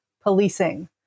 policing